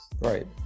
right